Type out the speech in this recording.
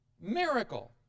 Miracle